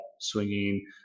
swinging